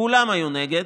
כולם היו נגד.